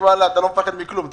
אתה לא מפחד מכלום.